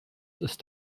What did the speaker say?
ist